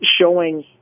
showing